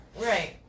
Right